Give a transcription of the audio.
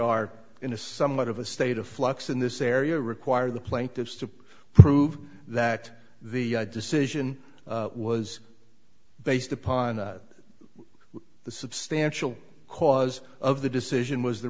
are in a somewhat of a state of flux in this area require the plaintiffs to prove that the decision was based upon a the substantial cause of the decision was the